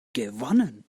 gewonnen